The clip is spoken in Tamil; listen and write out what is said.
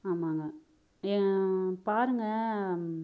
ஆமாங்க பாருங்கள்